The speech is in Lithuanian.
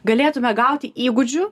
galėtume gauti įgūdžių